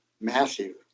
massive